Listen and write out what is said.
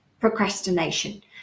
procrastination